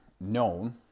known